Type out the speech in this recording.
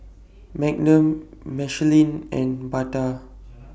Magnum Michelin and Bata